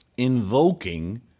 Invoking